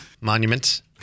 Monuments